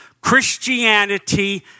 Christianity